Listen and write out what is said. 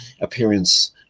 appearance